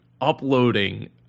uploading